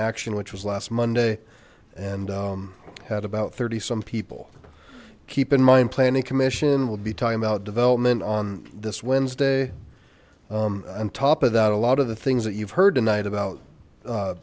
action which was last monday and had about thirty some people keep in mind planning commission will be talking about development on this wednesday on top of that a lot of the things that you've heard tonight about